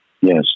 Yes